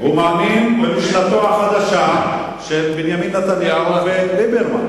הוא מאמין במשנתו החדשה של בנימין נתניהו וליברמן.